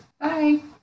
Bye